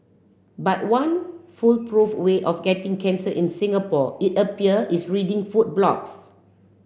but one foolproof way of getting cancer in Singapore it appear is reading food blogs